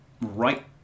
right